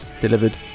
delivered